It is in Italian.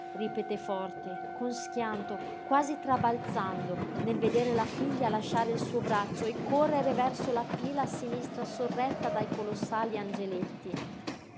ripeté forte con schianto quasi trabalzando nel vedere la figlia lasciare il suo braccio e correre verso la pila a sinistra sorretta dai colossali angeletti